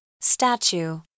Statue